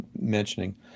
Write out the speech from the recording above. mentioning